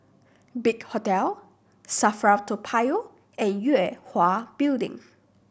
Big Hotel SAFRA Toa Payoh and Yue Hwa Building